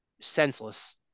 senseless